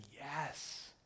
yes